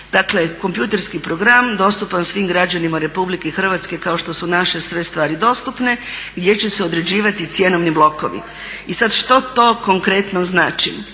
dakle kompjuterski program dostupan svim građanima Republike Hrvatske kao što su naše sve stvari dostupne gdje će se određivati cjenovni blokovi. I sada što to konkretno znači?